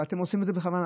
ואתם עושים את זה בכוונה.